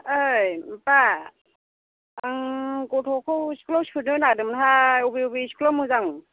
ओइ उफा आं गथ'खौ स्कुलाव सोनो नागिरदोंमोनहाय अबे अबे स्कुलाव मोजां